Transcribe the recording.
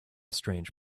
strange